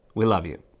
we love you.